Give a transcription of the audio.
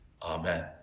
Amen